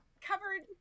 covered